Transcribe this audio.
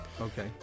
Okay